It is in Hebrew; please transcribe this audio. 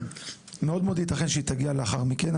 מאוד מאוד ייתכן שהיא תגיע לאחר מכן.